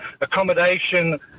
accommodation